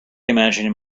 imagining